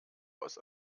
aus